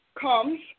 comes